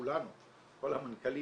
כולנו כל המנכ"לים,